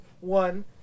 one